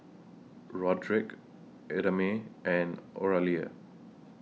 Roderic Idamae and Oralia